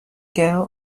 girl